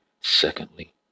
Secondly